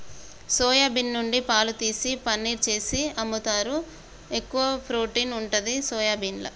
soya bean నుండి పాలు తీసి పనీర్ చేసి అమ్ముతాండ్రు, ఎక్కువ ప్రోటీన్ ఉంటది సోయాబీన్ల